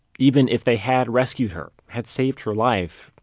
even if they had rescued her, had saved her life,